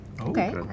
Okay